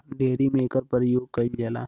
dairy में एकर परियोग कईल जाला